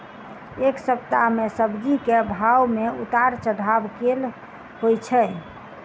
एक सप्ताह मे सब्जी केँ भाव मे उतार चढ़ाब केल होइ छै?